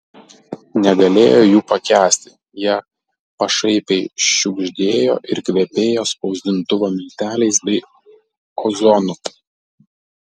negalėjo jų pakęsti jie pašaipiai šiugždėjo ir kvepėjo spausdintuvo milteliais bei ozonu